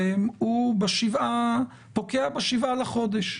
משגת לממן בכל שבוע בדיקות בכמה מאות שקלים?